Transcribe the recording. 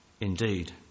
Indeed